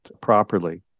properly